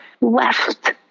left